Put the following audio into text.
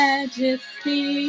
Majesty